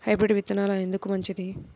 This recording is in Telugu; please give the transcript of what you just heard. హైబ్రిడ్ విత్తనాలు ఎందుకు మంచిది?